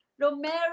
Romero